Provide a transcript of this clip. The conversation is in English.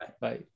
Bye